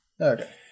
Okay